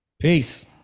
Peace